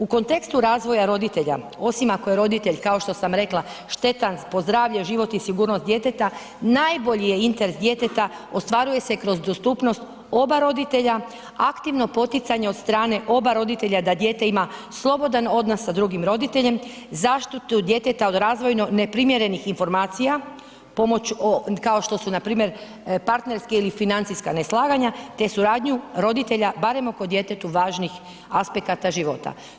U kontekstu razvoja roditelja, osim ako je roditelj kao što sam rekla štetan po zdravlje, život i sigurnost djeteta najbolji interes djeteta ostvaruje se kroz dostupnost oba roditelja aktivno poticanje od strane oba roditelja da dijete ima slobodan odnos sa drugim roditeljem, zaštitu djeteta od razvojno neprimjerenih informacijama kao što su npr. partnerske ili financijska neslaganja te suradnju roditelja barem oko djetetu važnih aspekata života.